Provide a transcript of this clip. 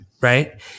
right